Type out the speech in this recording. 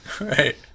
right